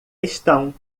estão